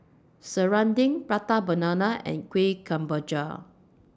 Serunding Prata Banana and Kueh Kemboja